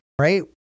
Right